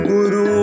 Guru